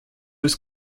was